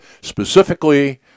specifically